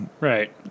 right